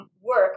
work